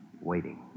waiting